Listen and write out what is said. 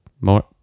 more